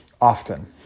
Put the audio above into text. often